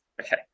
okay